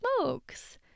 smokes